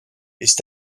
ist